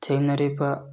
ꯊꯦꯡꯅꯔꯤꯕ